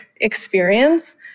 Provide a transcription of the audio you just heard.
experience